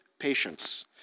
patience